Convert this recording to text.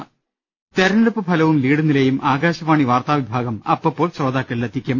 ്്്്്്്്് തെരഞ്ഞെടുപ്പ് ഫലവും ലീഡ് നിലയും ആകാശവാണി വാർത്താവി ഭാഗം അപ്പപ്പോൾ ശ്രോതാക്കളിലെത്തിക്കും